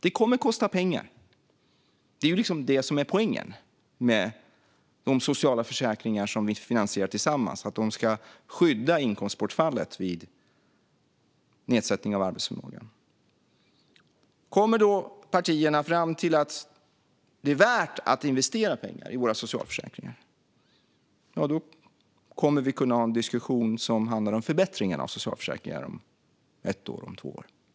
Det kommer att kosta pengar. Det är poängen med de sociala försäkringar som vi finansierar tillsammans att de ska skydda inkomstbortfallet vid nedsättning av arbetsförmågan. Om då partierna kommer fram till att det är värt att investera pengar i våra socialförsäkringar kommer vi att kunna ha en diskussion som handlar om förbättringar i socialförsäkringarna om ett eller två år.